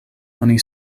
oni